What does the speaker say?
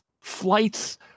flights